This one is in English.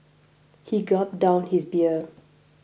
he gulped down his beer